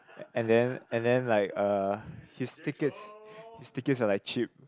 and then and then like uh his tickets his tickets are like cheap